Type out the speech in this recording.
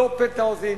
לא פנטהאוזים,